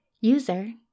User